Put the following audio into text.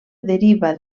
deriva